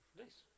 nice